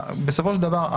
בסופו של דבר,